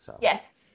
Yes